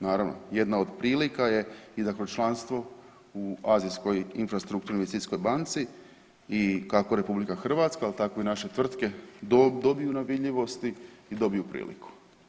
Naravno, jedna od prilika je i da kroz članstvo u Azijskoj infrastrukturnoj investicijskoj banci i kako RH al tako i naše tvrtke dobiju na vidljivosti i dobiju priliku.